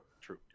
true